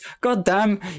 Goddamn